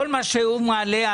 כל מה שהוא מעלה,